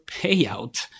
payout